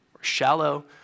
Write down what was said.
shallow